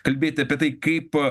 kalbėti apie tai kaip